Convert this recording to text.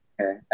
Okay